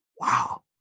Wow